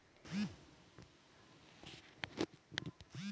शैक्षिक ऋण लेने के लिए कितना पासबुक होना जरूरी है?